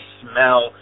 smell